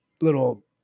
little